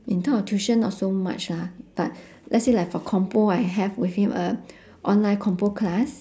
in term of tuition not so much lah but let's say like for compo I have with him a online compo class